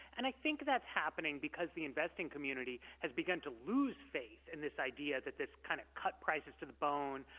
and i think that's happening because the investing community has begun to lose faith in this idea that this kind of cut prices to the bone,